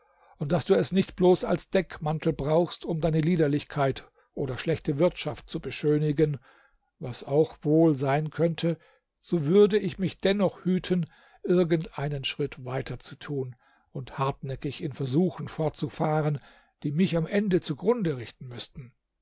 und daß du es nicht bloß als deckmantel brauchst um deine liederlichkeit oder schlechte wirtschaft zu beschönigen was auch wohl sein könnte so würde ich mich dennoch hüten irgend einen schritt weiter zu tun und hartnäckig in versuchen fortzufahren die mich am ende zugrunde richten müßten